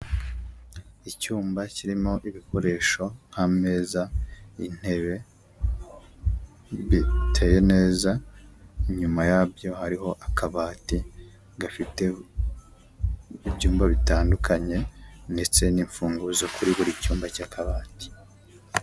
Icyumba kirimo ibikoresho nk'ameza, intebe, biteye neza, inyuma yabyo hariho akabati gafite ibyumba bitandukanye ndetse n'imfunguzo kuri buri cyumba cy'akabati.